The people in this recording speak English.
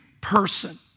person